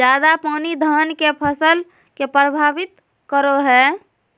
ज्यादा पानी धान के फसल के परभावित करो है?